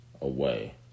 away